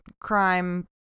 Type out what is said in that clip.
crime